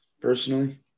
personally